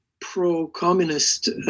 pro-communist